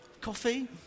coffee